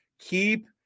Keep